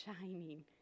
shining